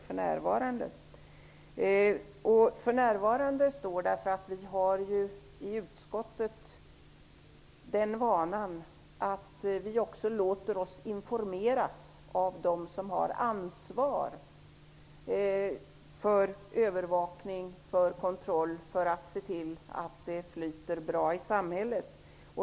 Formuleringen ''för närvarande'' används därför att vi i utskottet har den vanan att låta oss informeras också av dem som ha ansvar för övervakning och kontroll i syfte att det skall flyta bra i samhället.